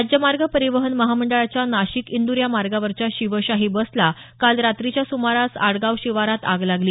राज्य मार्ग परिवहन महामंडळाच्या नाशिक इंदूर या मार्गावरच्या शिवशाही बसला काल रात्रीच्या सुमारास आडगाव शिवारात आग लागली